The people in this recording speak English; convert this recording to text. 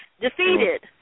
defeated